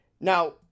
Now